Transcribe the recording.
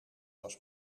was